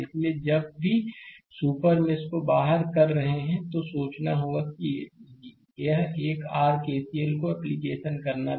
इसलिए जब भी सुपर मेष को बाहर कर रहे हैं तो सोचना होगा कि एक आर केसीएल को एप्लीकेशन करना था